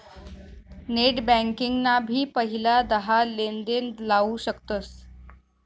net banking ना भी पहिला दहा लेनदेण लाऊ शकतस